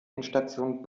endstation